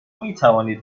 میتوانید